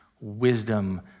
wisdom